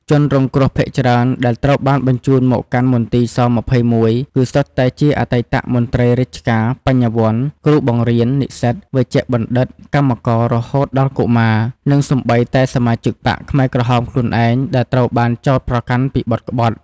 ជនរងគ្រោះភាគច្រើនដែលត្រូវបានបញ្ជូនមកកាន់មន្ទីរស-២១ គឺសុទ្ធតែជាអតីតមន្ត្រីរាជការ បញ្ញវន្ត គ្រូបង្រៀន និស្សិត វេជ្ជបណ្ឌិត កម្មករ រហូតដល់កុមារ និងសូម្បីតែសមាជិកបក្សខ្មែរក្រហមខ្លួនឯងដែលត្រូវបានចោទប្រកាន់ពីបទក្បត់។